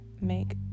Make